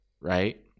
right